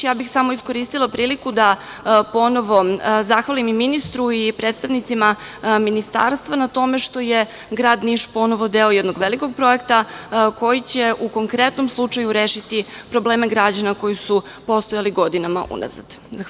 Iskoristila bih priliku da ponovo zahvalim ministru i Ministarstvu na tome što je grad Niš ponovo deo jednog velikog projekta koji će u konkretnom slučaju rešiti probleme građana koji su postojali godinama unazad.